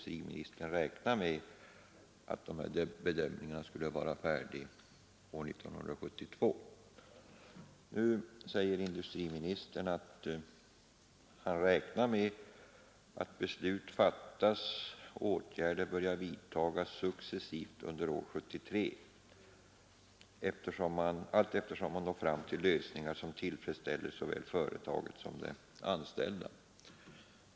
Inrikesministern räknade då med att bedömningarna för flyttning av LKAB:s huvudkontor skulle vara färdiga år 1972. Nu säger inrikesministern att han ”räknar med att beslut fattas och åtgärder börjar vidtagas successivt under år 1973 allteftersom man når fram till lösningar som tillfredsställer såväl företaget som de anställda”.